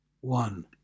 One